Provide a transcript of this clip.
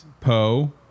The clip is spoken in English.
Poe